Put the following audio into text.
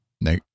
No